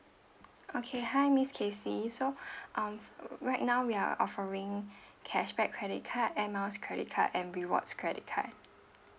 okay hi miss casey so um right now we are offering cashback credit card air miles credit card and rewards credit card